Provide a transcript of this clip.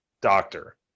doctor